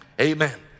Amen